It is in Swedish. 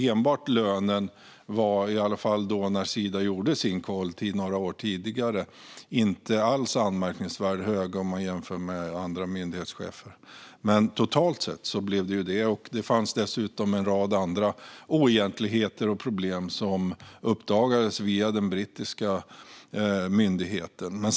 Enbart lönen var inte alls anmärkningsvärt hög jämfört med andra myndighetschefer när Sida gjorde sin koll några år tidigare. Men totalt sett blev det så. Det fanns dessutom en rad andra oegentligheter och problem som uppdagades via den brittiska myndigheten.